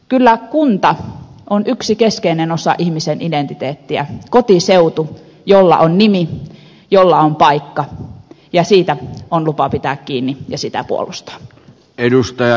kyllä kunta on yksi keskeinen osa ihmisen identiteettiä kotiseutu jolla on nimi jolla on paikka ja siitä on lupa pitää kiinni ja sitä puolustaa